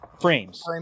frames